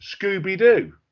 Scooby-Doo